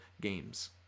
games